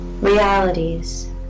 realities